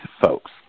folks